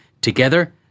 together